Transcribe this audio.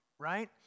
right